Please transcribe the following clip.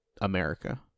America